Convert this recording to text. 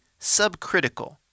subcritical